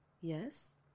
Yes